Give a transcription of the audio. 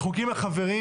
רחוקים מהחברים,